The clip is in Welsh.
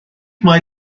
mae